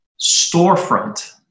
storefront